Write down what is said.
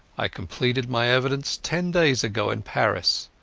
i completed my evidence ten days ago in paris.